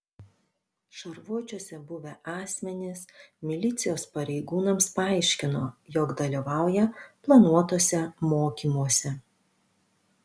šarvuočiuose buvę asmenys milicijos pareigūnams paaiškino jog dalyvauja planuotuose mokymuose